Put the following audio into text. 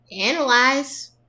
Analyze